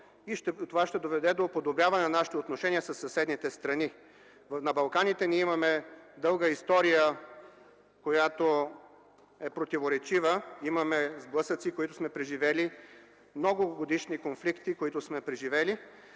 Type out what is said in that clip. това ще доведе до подобряване на нашите отношения със съседните страни. На Балканите ние имаме дълга история, която е противоречива. Има сблъсъци, които сме преживели, има многогодишни конфликти, които сме преживели.